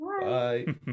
Bye